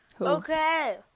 okay